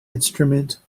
instrument